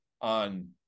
on